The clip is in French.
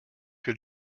que